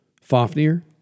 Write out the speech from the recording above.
Fafnir